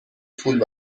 پول